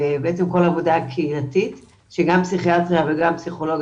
כל העבודה הקהילתית שהיא גם פסיכיאטריה וגם פסיכולוגיה,